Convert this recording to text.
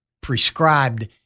prescribed